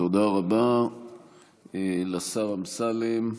תודה רבה לשר אמסלם.